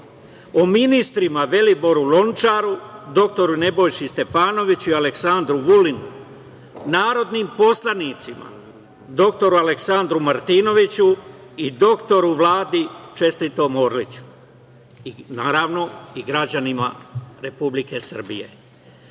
o ministrima Veliboru Lončaru, dr Nebojši Stefanoviću i Aleksandru Vulinu, narodnim poslanicima dr Aleksandru Martinoviću i dr Vladi, čestitom, Orliću. Naravno, i građanima Republike